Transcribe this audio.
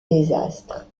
désastre